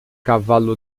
cavalo